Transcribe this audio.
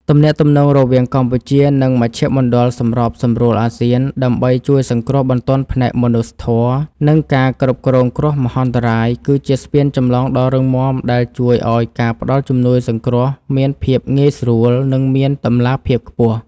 ទំនាក់ទំនងរវាងកម្ពុជា និងមជ្ឈមណ្ឌលសម្របសម្រួលអាស៊ាន ដើម្បីជួយសង្គ្រោះបន្ទាន់ផ្នែកមនុស្សធម៌ និងការគ្រប់គ្រងគ្រោះមហន្តរាយ គឺជាស្ពានចម្លងដ៏រឹងមាំដែលជួយឱ្យការផ្តល់ជំនួយសង្គ្រោះមានភាពងាយស្រួល និងមានតម្លាភាពខ្ពស់។